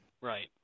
right